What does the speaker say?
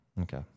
okay